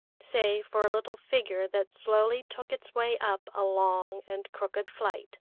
save for a little figure that slowly took its way up a long and crooked flight.